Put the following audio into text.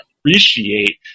appreciate